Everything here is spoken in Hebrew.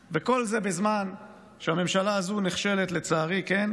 וכל זה בזמן שהממשלה הזו נכשלת, לצערי, כן,